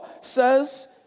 says